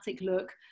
look